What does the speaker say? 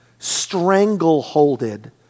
strangleholded